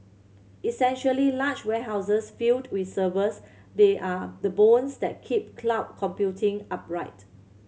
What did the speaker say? essentially large warehouses filled with servers they are the bones that keep cloud computing upright